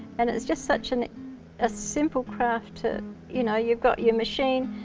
and it's just such and a simple craft to, you know, you've got your machine,